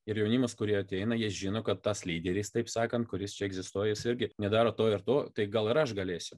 ir jaunimas kurie ateina jie žino kad tas lyderis taip sakant kuris čia egzistuoja jis irgi nedaro to ir to tai gal ir aš galėsiu